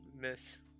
Miss